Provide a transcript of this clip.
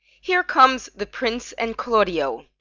here comes the prince and claudio.